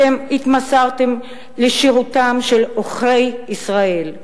אתם התמסרתם לשירותם של עוכרי ישראל.